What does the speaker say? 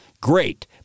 great